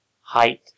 height